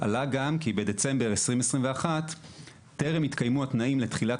עלה גם כי בדצמבר 2021 טרם התקיימו התנאים לתחילת